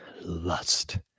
lust